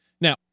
Now